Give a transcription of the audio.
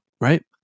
right